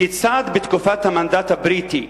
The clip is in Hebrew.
"כיצד בתקופת המנדט הבריטי